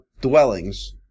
dwellings